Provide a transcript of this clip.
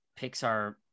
pixar